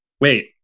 wait